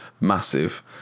massive